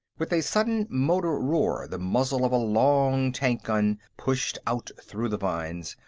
with a sudden motor-roar, the muzzle of a long tank-gun pushed out through the vines,